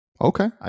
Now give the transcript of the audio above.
okay